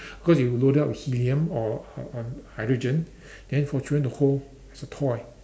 cause you load it up with helium or uh uh hydrogen then for children to hold as a toy